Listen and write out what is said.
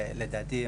שלדעתי,